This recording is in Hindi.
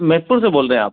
मैसूर से बोल रहे हैं आप